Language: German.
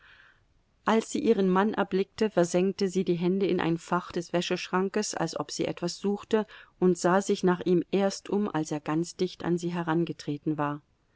als sie ihren mann erblickte versenkte sie die hände in ein fach des wäscheschrankes als ob sie etwas suchte und sah sich nach ihm erst um als er ganz dicht an sie herangetreten war